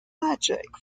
magic